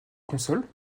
console